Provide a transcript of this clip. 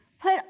Put